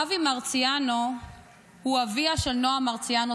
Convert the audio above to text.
אבי מרציאנו הוא אביה של נועה מרציאנו,